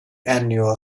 annual